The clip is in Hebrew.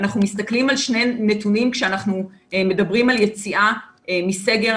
אנחנו מסתכלים על שני נתונים כשאנחנו מדברים על יציאה מסגר,